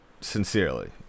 sincerely